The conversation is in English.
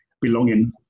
belonging